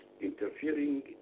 interfering